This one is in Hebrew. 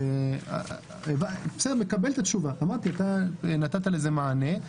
אני מקבל את התשובה, אתה נתת לזה מענה.